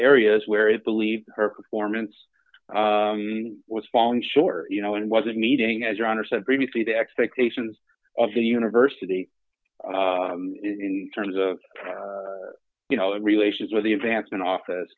areas where it believed her performance was falling short you know and wasn't meeting as your honor said previously the expectations of the university in terms of you know the relations with the advancement office